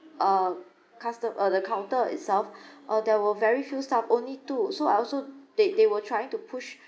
um custo~ counter itself uh there were very few staff only two so I also they they were trying to push